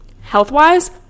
health-wise